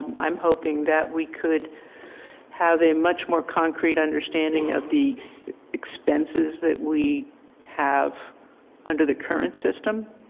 i'm hoping that we could have a much more concrete understanding of the expenses that we have under the current system,